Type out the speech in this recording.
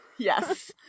Yes